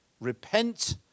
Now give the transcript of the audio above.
repent